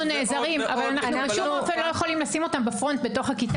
אנחנו לא יכולים לשים אותם בפרונט בכיתה.